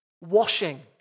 Washing